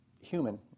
human